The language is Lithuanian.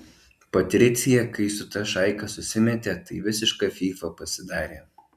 patricija kai su ta šaika susimetė tai visiška fyfa pasidarė